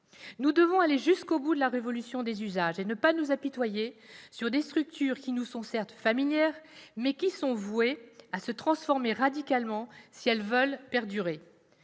Nous devons aller jusqu'au bout de la révolution des usages et ne pas nous apitoyer sur des structures qui nous sont, certes, familières, mais qui sont vouées à se transformer radicalement si elles veulent perdurer.